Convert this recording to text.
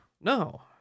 No